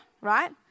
right